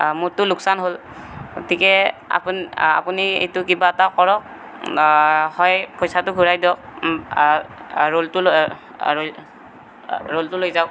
মোৰটো লোকচান হ'ল গতিকে আপুনি আপুনি আপুনি এইটো কিবা এটা কৰক হয় পইচাটো ঘূৰাই দিয়ক ৰোলটো লৈ ৰোলটো লৈ যাওক